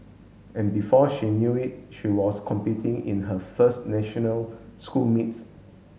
and before she knew it she was competing in her first national school meets